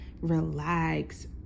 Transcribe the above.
relax